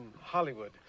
Hollywood